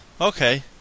Okay